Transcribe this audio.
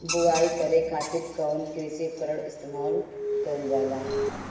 बुआई करे खातिर कउन कृषी उपकरण इस्तेमाल कईल जाला?